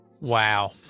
Wow